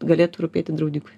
galėtų rūpėti draudikui